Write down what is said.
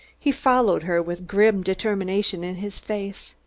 he followed her with grim determination in his face.